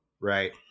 Right